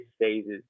phases